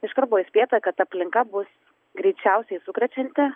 iškart buvo įspėta kad aplinka bus greičiausiai sukrečianti